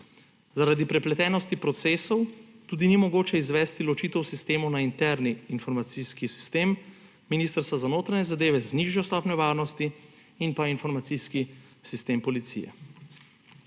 Zaradi prepletenosti procesov tudi ni mogoče izvesti ločitev sistemov na interni informacijski sistem Ministrstva za notranje zadeve z nižjo stopnjo varnosti in pa informacijski sistem policije.